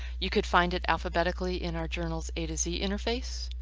you could find it alphabetically in our journals a to z interface.